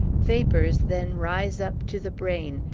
vapors then rise up to the brain,